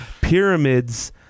pyramids